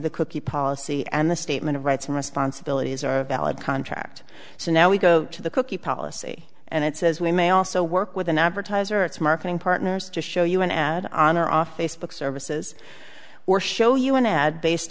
the cookie policy and the statement of rights and responsibilities are valid contract so now we go to the cookie policy and it says we may also work with an advertiser it's marketing partners to show you an ad on or off facebook services or show you an ad based